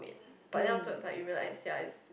but never thought like you realise yeah it's